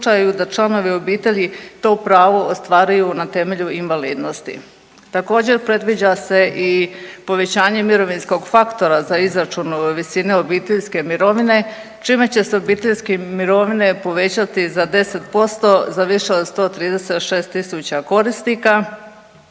da članovi obitelji to pravo ostvaruju na temelju invalidnosti. Također, predviđa se i povećanje mirovinskog faktora za izračun visine obiteljske mirovine, čime će se obiteljskim mirovine povećati za 10% za više od 136 tisuća korisnika.